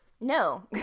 No